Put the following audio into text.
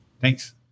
Thanks